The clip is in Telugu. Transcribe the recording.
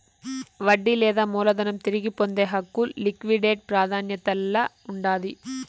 వడ్డీ లేదా మూలధనం తిరిగి పొందే హక్కు లిక్విడేట్ ప్రాదాన్యతల్ల ఉండాది